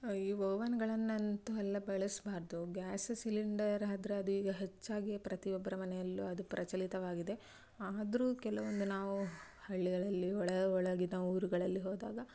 ಈ ಓವನ್ಗಳನ್ನಂತೂ ಎಲ್ಲ ಬಳಸಬಾರ್ದು ಗ್ಯಾಸ ಸಿಲೆಂಡರ್ ಆದರೆ ಅದು ಈಗ ಹೆಚ್ಚಾಗಿ ಪ್ರತಿಯೊಬ್ಬರ ಮನೆಯಲ್ಲೂ ಅದು ಪ್ರಚಲಿತವಾಗಿದೆ ಆದರೂ ಕೆಲವೊಂದು ನಾವು ಹಳ್ಳಿಗಳಲ್ಲಿ ಒಳ ಒಳಗಿನ ಊರುಗಳಲ್ಲಿ ಹೋದಾಗ